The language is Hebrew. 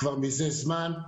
מזה זמן,